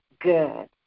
good